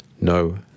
No